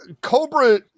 Cobra